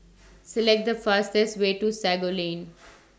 Select The fastest Way to Sago Lane